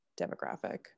demographic